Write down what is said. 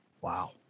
Wow